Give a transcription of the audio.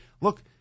Look